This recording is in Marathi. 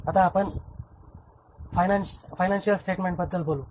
आता आपण फायनशील स्टेटमेंटस बद्दल बोलू